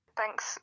thanks